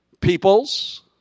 Peoples